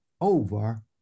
over